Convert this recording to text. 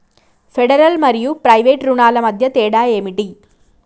Federal మరియు private రుణాల మధ్య తేడా ఏమిటి?